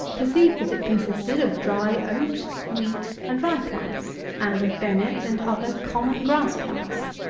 perceived that it consisted of dry oat, wheat, and rye plants, and of bennet and other common grass plants.